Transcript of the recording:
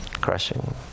crushing